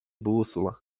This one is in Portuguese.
bússola